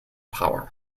power